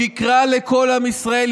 ושיקרה לכל עם ישראל.